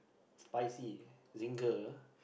spicy Zinger